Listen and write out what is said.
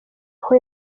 aho